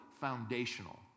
foundational